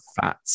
fat